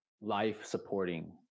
life-supporting